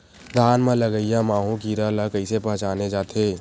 धान म लगईया माहु कीरा ल कइसे पहचाने जाथे?